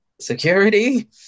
security